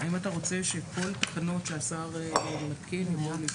אם אתה רוצה שכל התקנות שהשר מתקין יבואו ---?